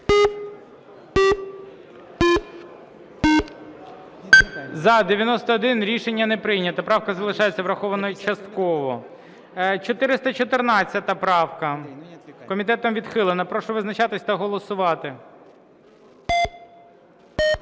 За-91 Рішення не прийнято. Правка залишається врахованою частково. 414 правка. Комітетом відхилена. Прошу визначатись та голосувати.